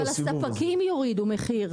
אבל הספקים יורידו את המחיר,